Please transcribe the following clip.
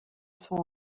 sont